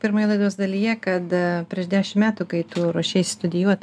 pirmoje laidos dalyje kad prieš dešim metų kai tu ruošeisi studijuot